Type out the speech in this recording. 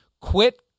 quit